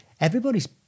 everybody's